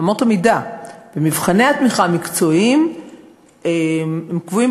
אמות המידה במבחני התמיכה המקצועיים קבועים